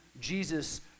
Jesus